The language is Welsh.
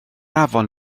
afon